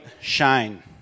shine